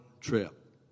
trip